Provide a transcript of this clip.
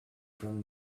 from